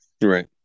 Right